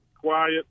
quiet